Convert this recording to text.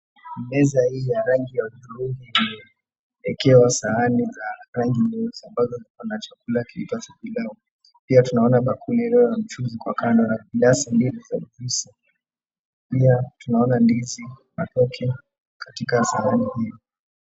Meza hii ya rangi ya hudhurungi iliyoekewa sahani za rangi nyeusi ambazo ziko na chakula kiitwacho pilau, pia tunaona bakuli iliyo na mchuzi kwa kando. Gilasi mbili za juisi, pia tunaona ndizi, matoke katika sahani hii.